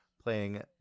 playing